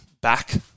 back